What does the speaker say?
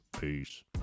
Peace